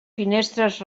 finestres